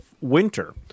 winter